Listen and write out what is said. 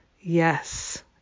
Yes